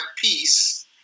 peace